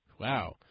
Wow